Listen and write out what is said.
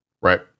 right